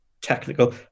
technical